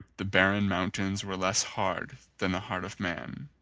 the barren mountains were less hard than the heart of man.